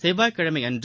செவ்வாய்க்கிழமை அன்று